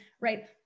right